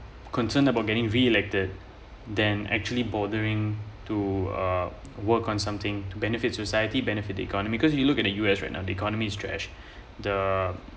concerned about getting reelected then actually bothering to uh work on something to benefit society benefit economy because you look at uh U_S right now the economy stress the